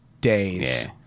days